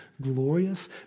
glorious